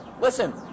Listen